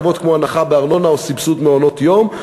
הטבות כמו הנחה בארנונה או סבסוד מעונות-יום.